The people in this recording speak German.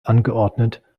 angeordnet